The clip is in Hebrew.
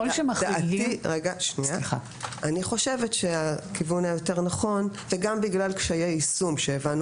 אני חושבת שהכיוון היותר נכון גם בגלל קשיי יישום שהבנו